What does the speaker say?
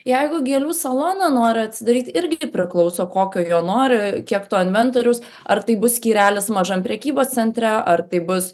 jeigu gėlių saloną nori atsidaryt irgi priklauso kokio jo nori kiek to inventoriaus ar tai bus skyrelis mažam prekybos centre ar tai bus